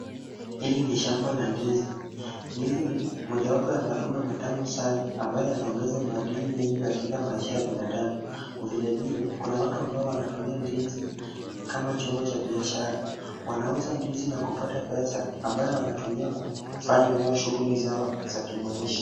Hili ni shamba la ndizi. Ndizi ni mojawapo ya matunda matamu sana ambayo yanaongeza madini mengi katika maisha ya binadamu. Vile vile kuna watu wanatumia ndizi kama chombo biashara. Wanauza ndizi na kupata pesa ambayo wanatumia kufanya shughuli zao za kimaisha.